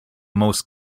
most